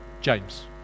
James